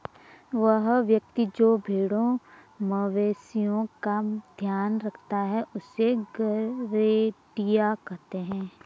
वह व्यक्ति जो भेड़ों मवेशिओं का ध्यान रखता है उससे गरेड़िया कहते हैं